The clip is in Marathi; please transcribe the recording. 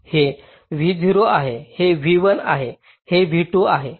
हे v0 आहे हे v1 आहे हे v2 आहे